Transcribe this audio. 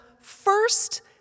first